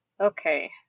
okay